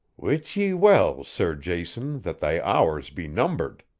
wit ye well, sir jason, that thy hours be numbered,